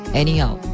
anyhow